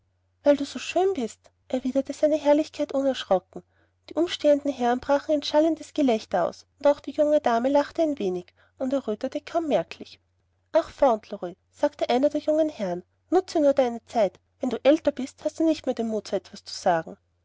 weil du so schön bist erwiderte seine herrlichkeit unerschrocken die umstehenden herren brachen in ein schallendes gelächter aus und auch die junge dame lachte ein wenig und errötete kaum merklich ach fauntleroy sagte einer der jungen herren nutze nur deine zeit gut wenn du älter bist hast du nicht mehr den mut so was zu sagen